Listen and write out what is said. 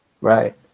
right